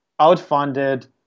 outfunded